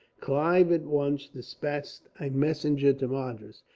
clive at once despatched a messenger to madras,